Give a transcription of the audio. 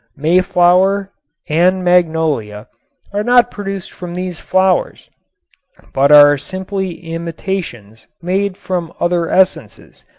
mayflower and magnolia are not produced from these flowers but are simply imitations made from other essences,